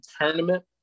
tournament